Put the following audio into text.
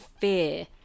fear